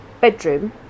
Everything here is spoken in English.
bedroom